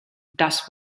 das